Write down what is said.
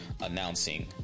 announcing